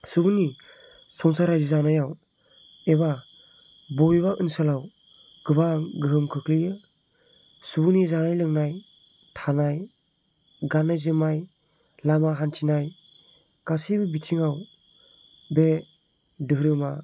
सुबुंनि संसार रायजो जानायाव एबा बबेबा ओनसोलाव गोबां गोहोम खोख्लैयो सुबुंनि जानाय लोंनाय थानाय गाननाय जोमनाय लामा हान्थिनाय गासैबो बिथिङाव बे धोरोमा